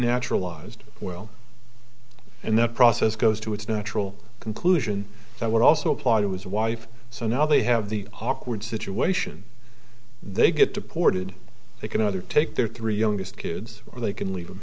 naturalized well and that process goes to its natural conclusion so i would also apply to his wife so now they have the awkward situation they get deported they can either take their three youngest kids or they can leave